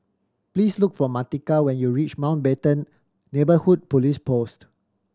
please look for Martika when you reach Mountbatten Neighbourhood Police Post